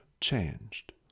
changed